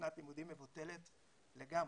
ששנת הלימודים מבוטלת לגמרי,